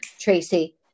Tracy